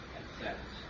accept